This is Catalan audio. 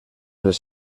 les